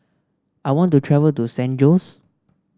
I want to travel to San Jose